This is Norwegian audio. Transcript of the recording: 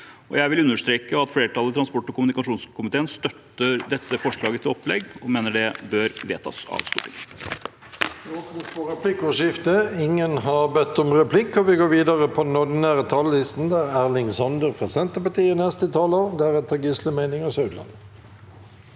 Jeg vil understreke at flertallet i transport- og kommunikasjonskomiteen støtter dette forslaget til opplegg og mener det bør vedtas av Stortinget.